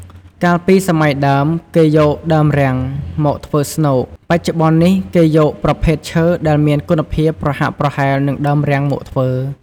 កាលពីសម័យដើម គេយកដើមរាំង មកធ្វើស្នូក បច្ចុប្បន្ននេះគេយកប្រភេទឈើដែលមានគុណភាពប្រហាក់ប្រហែលនឹងដើមរាំងមកធ្វើ ។